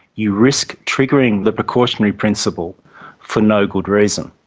you risk triggering the precautionary principle for no good reason.